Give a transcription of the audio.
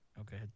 Okay